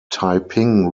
taiping